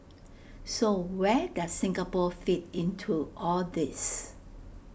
so where does Singapore fit into all this